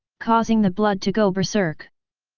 causing the blood to go berserk.